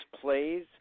plays